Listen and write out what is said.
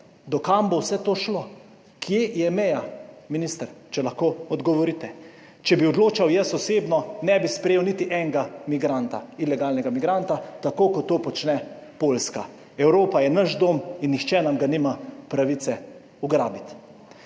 Do kam bo vse to šlo? Kje je meja, minister, če lahko odgovorite. Če bi odločal, jaz osebno ne bi sprejel niti enega migranta, ilegalnega migranta, tako kot to počne Poljska. Evropa je naš dom in nihče nam ga nima pravice ugrabiti.